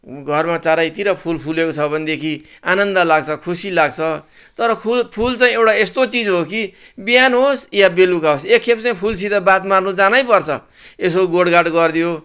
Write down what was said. घरमा चारैतिर फुल फुलेको छ भनेदेखि आनन्द लाग्छ खुसी लाग्छ तर फुल फुल चाहिँ एउटा यस्तो चिज हो कि बिहान होस् या बेलुका होस् एकखेप चाहिँ फुलसित बात मार्नु जानैपर्छ यसो गोडगाड गरिदियो